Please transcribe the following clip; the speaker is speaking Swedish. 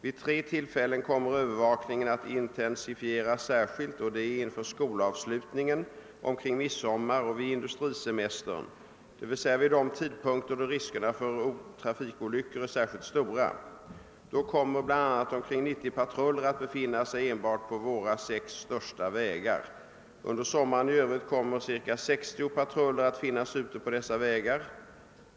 Vid tre tillfällen kommer övervakningen att intensifieras särskilt och det är inför skolavslutningen, omkring midsommar och vid industrisemestern d.v.s. vid de tidpunkter då riskerna för trafikolyckor är särskilt stora. Då kommer bl.a. omkring 90 patruller att befinna sig enbart på våra sex största vägar. Under sommaren i övrigt kommer ca 60 patruller att finnas ute på dessa vägar.